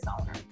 owner